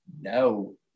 No